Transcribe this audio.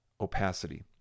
opacity